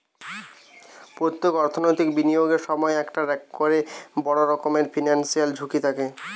পোত্তেক অর্থনৈতিক বিনিয়োগের সময়ই একটা কোরে বড় রকমের ফিনান্সিয়াল ঝুঁকি থাকে